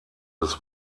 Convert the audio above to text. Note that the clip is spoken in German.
des